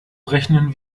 rechnen